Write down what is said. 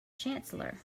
chancellor